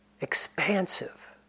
expansive